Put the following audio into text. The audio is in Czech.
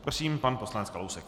Prosím pan poslanec Kalousek.